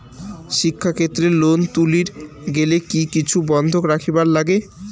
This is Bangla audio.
শিক্ষাক্ষেত্রে লোন তুলির গেলে কি কিছু বন্ধক রাখিবার লাগে?